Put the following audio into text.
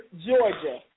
Georgia